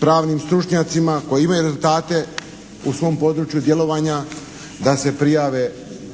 pravnim stručnjacima koji imaju rezultate u svom području djelovanja da se prijave